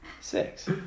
Six